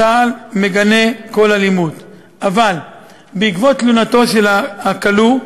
צה"ל מגנה כל אלימות, אבל בעקבות תלונתו של הכלוא,